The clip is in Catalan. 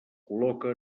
col·loca